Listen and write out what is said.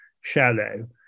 shallow